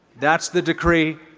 that's the decree,